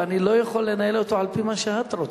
ואני לא יכול לנהל אותו על-פי מה שאת רוצה.